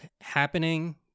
happening